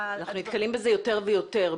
אנחנו נתקלים בזה יותר ויותר,